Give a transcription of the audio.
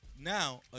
Now